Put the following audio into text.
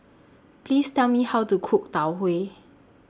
Please Tell Me How to Cook Tau Huay